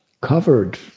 covered